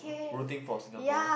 rooting for Singapore